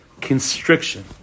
constriction